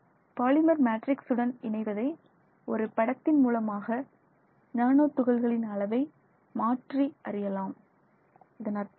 polymer matrix உடன் இணைவதை ஒரு படத்தின் மூலமாக நானோ துகள்களை துகள்களின் அளவை மாற்றி அறியலாம் இதன் அர்த்தம் என்ன